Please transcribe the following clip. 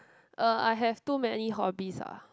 uh I have too many hobbies ah